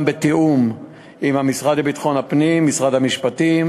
בתיאום עם המשרד לביטחון הפנים ומשרד המשפטים,